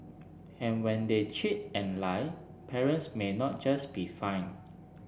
and when they cheat and lie parents may not just be fined